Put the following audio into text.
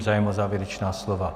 Zájem o závěrečná slova?